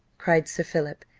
cried sir philip,